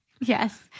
Yes